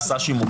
שימוש.